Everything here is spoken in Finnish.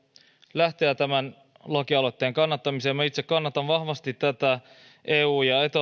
lähteä tämän lakialoitteen kannattamiseen minä itse kannatan vahvasti eu ja